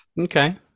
Okay